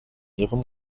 ihrem